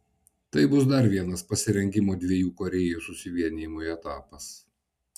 tai bus dar vienas pasirengimo dviejų korėjų susivienijimui etapas